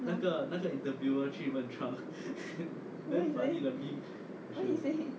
no what he say